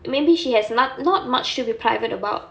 maybe she has not~ not much to be private about